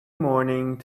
morning